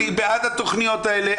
אני בעד התכניות האלה,